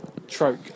Troke